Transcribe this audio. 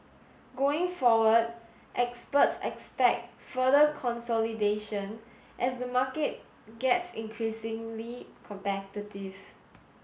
going forward experts expect further consolidation as the market gets increasingly competitive